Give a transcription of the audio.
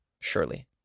surely